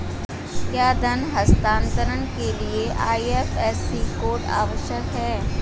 क्या धन हस्तांतरण के लिए आई.एफ.एस.सी कोड आवश्यक है?